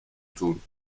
tun